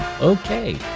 Okay